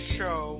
show